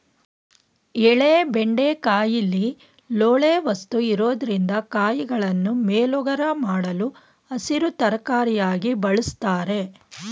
ಎಳೆ ಬೆಂಡೆಕಾಯಿಲಿ ಲೋಳೆ ವಸ್ತು ಇರೊದ್ರಿಂದ ಕಾಯಿಗಳನ್ನು ಮೇಲೋಗರ ಮಾಡಲು ಹಸಿರು ತರಕಾರಿಯಾಗಿ ಬಳುಸ್ತಾರೆ